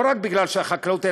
לא רק בגלל החקלאות,